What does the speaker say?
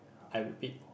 I repeat